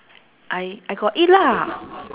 I I got eat lah